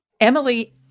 Emily